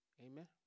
Amen